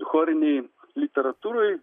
chorinei literatūrai